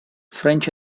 french